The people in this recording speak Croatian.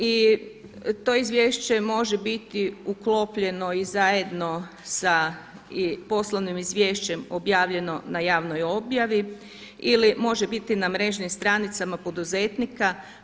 I to izvješće može biti uklopljeno i zajedno sa poslovnim izvješćem objavljeno na javnoj objavi ili može biti na mrežnim stranicama poduzetnika.